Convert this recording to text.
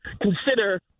consider